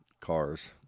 cars